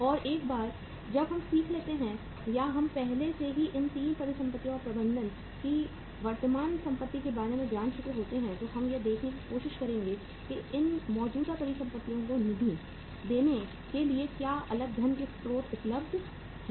और एक बार जब हम सीख लेते हैं या हम पहले से ही इन 3 परिसंपत्तियों के प्रबंधन की वर्तमान संपत्ति के बारे में जान चुके होते हैं तो हम यह देखने की कोशिश करेंगे कि इन मौजूदा परिसंपत्तियों को निधि देने के लिए क्या अलग धन के स्रोत उपलब्ध हैंवर्ल्ड